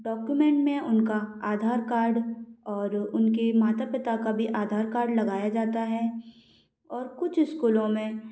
document में उनका Aadhaar card और उनके माता पिता का भी आधार कार्ड लगाया जाता है और कुछ स्कूलों में